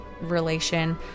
relation